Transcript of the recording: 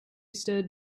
stood